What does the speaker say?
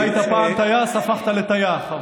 אתה היית פעם טייס והפכת לטייח.